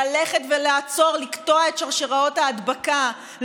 ללכת ולעצור ולקטוע את שרשראות ההדבקה.